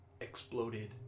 exploded